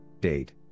date